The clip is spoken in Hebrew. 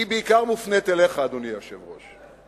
היא בעיקר מופנית אליך, אדוני היושב-ראש.